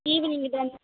ஈவினிங்கு தானே